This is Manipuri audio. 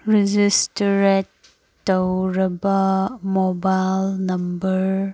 ꯔꯦꯖꯤꯁꯇꯔꯦꯠ ꯇꯧꯔꯕ ꯃꯣꯕꯥꯏꯜ ꯅꯝꯕꯔ